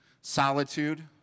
solitude